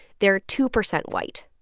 they're two percent white.